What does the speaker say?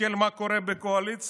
תסתכל מה קורה בקואליציה: